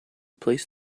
placed